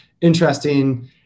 interesting